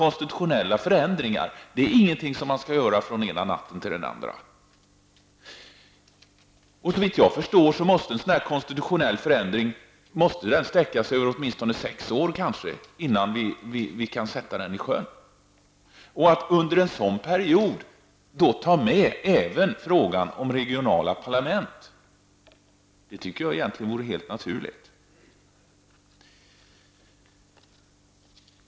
Konstitutionella förändringar är ju ingenting som görs från den ena dagen till den andra. Såvitt jag förstår behövs det åtminstone sex år innan en sådan här konstitutionell förändring kan så att säga sättas i sjön. Att under den perioden ta med även frågan om regionala parlament vore egentligen helt naturligt.